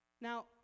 Now